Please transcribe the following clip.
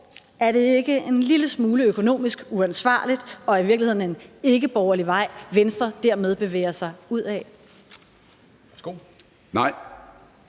er det ikke en lille smule økonomisk uansvarligt og i virkeligheden en ikkeborgerlig vej, Venstre dermed bevæger sig ud ad? Kl.